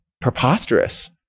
preposterous